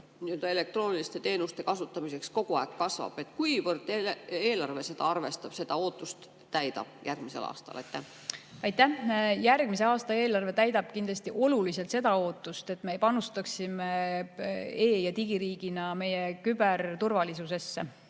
elektrooniliste teenuste kasutamiseks kogu aeg kasvavad. Kuivõrd eelarve seda arvestab, seda ootust järgmisel aastal täidab? Aitäh! Järgmise aasta eelarve täidab kindlasti olulisel määral seda ootust, et me panustaksime e‑ ja digiriigina meie küberturvalisusesse.